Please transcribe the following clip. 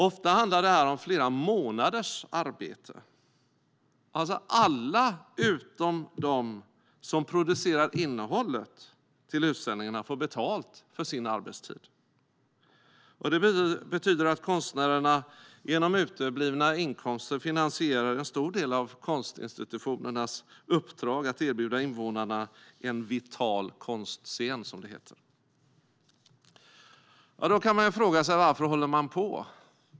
Ofta handlar detta om flera månaders arbete. Alla utom de som producerar innehållet till utställningarna får betalt för sin arbetstid. Det betyder att konstnärerna genom uteblivna inkomster finansierar en stor del av konstinstitutionernas uppdrag att erbjuda invånarna en vital konstscen, som det heter. Då kan man fråga sig varför man håller på.